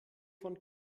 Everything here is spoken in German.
von